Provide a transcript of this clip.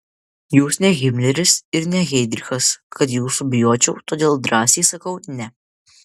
jūs ne himleris ir ne heidrichas kad jūsų bijočiau todėl drąsiai sakau ne